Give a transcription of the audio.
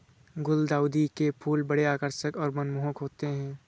गुलदाउदी के फूल बड़े आकर्षक और मनमोहक होते हैं